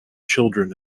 children